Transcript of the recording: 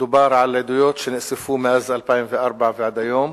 מדובר על עדויות שנאספו מאז 2004 ועד היום,